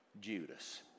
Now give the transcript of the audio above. Judas